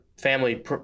family